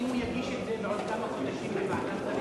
אם הוא יגיש את זה בעוד כמה חודשים לוועדת שרים,